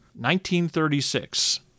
1936